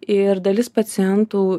ir dalis pacientų